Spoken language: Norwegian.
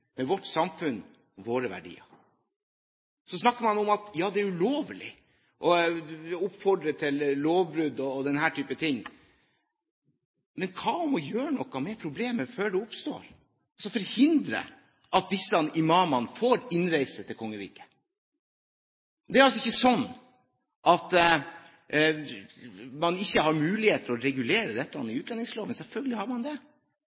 med vårt samfunn og våre verdier. Så snakker man om at det er ulovlig å oppfordre til lovbrudd og den type ting. Men hva med å gjøre noe med problemet før det oppstår, som å forhindre at disse imamene får innreise til kongeriket? Det er ikke sånn at man ikke har mulighet for å regulere dette i utlendingsloven. Selvfølgelig har man det.